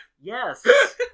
Yes